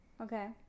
Okay